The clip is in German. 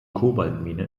kobaltmine